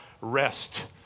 rest